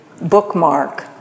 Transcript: bookmark